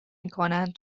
میکنند